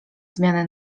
zmiany